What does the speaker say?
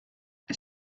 est